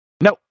no